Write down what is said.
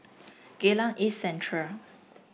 Geylang East Central